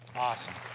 awesome!